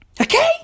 Okay